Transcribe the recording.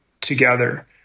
together